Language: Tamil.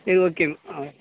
சரி ஓகே மேம்